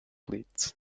leeds